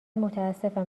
متاسفم